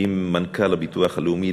עם מנכ"ל הביטוח הלאומי,